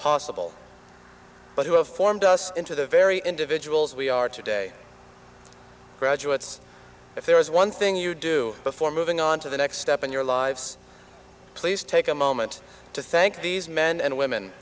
possible but who have formed us into the very individuals we are today graduates if there is one thing you do before moving on to the next step in your lives please take a moment to thank these men and women